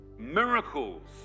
Miracles